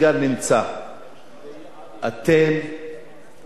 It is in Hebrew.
אתם פשוט, פעם מדינה יהודית,